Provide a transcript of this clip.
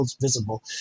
visible